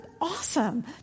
awesome